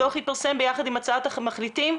הדו"ח התפרסם יחד עם הצעת המחליטים,